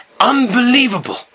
Unbelievable